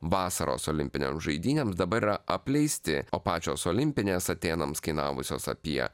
vasaros olimpinėm žaidynėms dabar yra apleisti o pačios olimpinės atėnams kainavusios apie